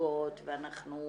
שוגות ואנחנו